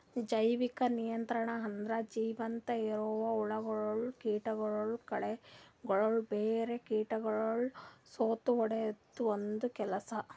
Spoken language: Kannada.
ಜೈವಿಕ ನಿಯಂತ್ರಣ ಅಂದುರ್ ಜೀವಂತ ಇರವು ಹುಳಗೊಳ್, ಕೀಟಗೊಳ್, ಕಳೆಗೊಳ್, ಬ್ಯಾರೆ ಕೀಟಗೊಳಿಗ್ ಸತ್ತುಹೊಡೆದು ಒಂದ್ ಕೆಲಸ